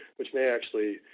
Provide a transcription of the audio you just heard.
which may actually